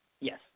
Yes